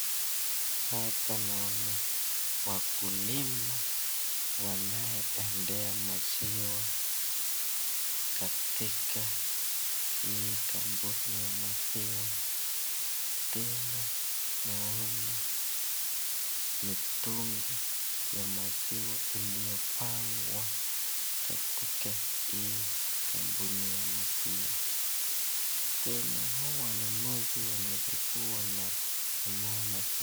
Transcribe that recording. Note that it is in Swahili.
Hapa naona wakulima wanaoendea maziwa katika hii kampuni ya maziwa, tena naona mitungi ya maziwa iliyopangwa katika hii kampuni ya maziwa tena hawa wanunuzi wanaweza kuwa wananunua maziwa.